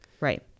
Right